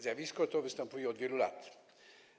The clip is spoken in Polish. Zjawisko to występuje od wielu lat.